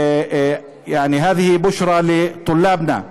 (אומר דברים בשפה הערבית, להלן